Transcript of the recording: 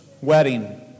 wedding